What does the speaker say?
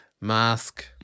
mask